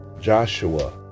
Joshua